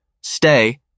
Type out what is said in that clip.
stay